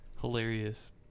hilarious